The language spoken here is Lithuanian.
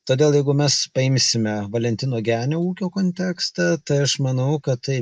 todėl jeigu mes paimsime valentino genio ūkio kontekstą tai aš manau kad tai